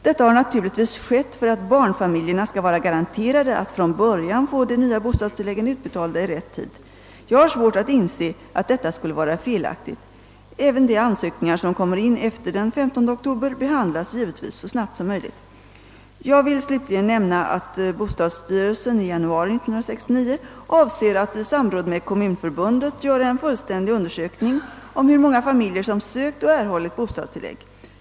Detta har naturligtvis skett för att barnfamiljerna skall vara garanterade att från början få de nya bostadstilläggen utbetalda i rätt tid. Jag har svårt att inse att detta skulle vara felaktigt. Även de ansökningar som kommer in efter den 15 oktober behandlas givetvis så snabbt som möjligt. Jag vill slutligen nämna att bostadsstyrelsen i januari 1969 avser att i samråd med Kommunförbundet göra en fullständig undersökning om hur många familjer som sökt och erhållit bostadstillägg.